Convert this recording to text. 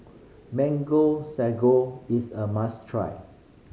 Mango Sago is a must try